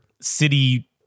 city